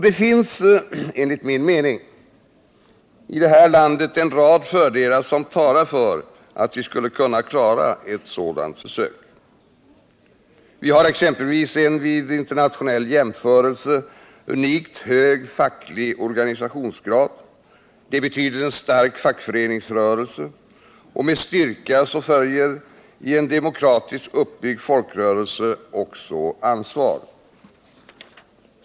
Det finns enligt min mening i det här landet en rad fördelar som talar för att vi skulle kunna klara ett sådant försök. Vi har exempelvis en vid internationell jämförelse unikt hög facklig organisationsgrad. Det betyder en stark fackföreningsrörelse. Med styrka följer i en demokratiskt uppbyggd folkrörelse också ansvar.